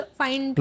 find